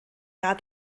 jahr